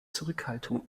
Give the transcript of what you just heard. zurückhaltung